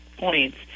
points